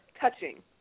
touching